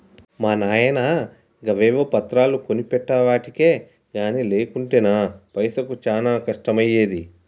మా నాయిన గవేవో పత్రాలు కొనిపెట్టెవటికె గని లేకుంటెనా పైసకు చానా కష్టమయ్యేది